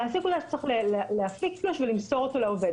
המעסיק הוא זה שצריך להפיק תלוש ולמסור אותו לעובד.